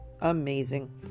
amazing